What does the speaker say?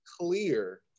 clear